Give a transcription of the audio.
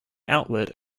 outlet